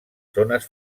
zones